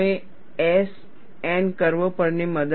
તમે S N curve પરની મદદ લેશો